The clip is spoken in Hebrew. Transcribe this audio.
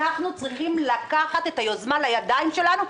אנחנו צריכים לקחת את היוזמה לידיים שלנו,